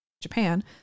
Japan